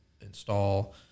install